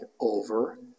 over